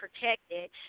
protected